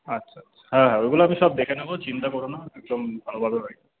আচ্ছা আচ্ছা হ্যাঁ ওইগুলো সব আমি দেখে নেবো চিন্তা করোনা একদম ভালোভাবে হবে